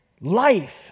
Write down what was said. life